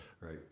Right